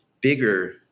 bigger